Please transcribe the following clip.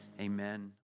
Amen